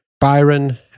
Byron